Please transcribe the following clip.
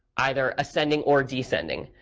either ascending or descending.